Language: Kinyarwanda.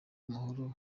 amahoro